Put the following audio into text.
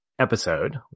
episode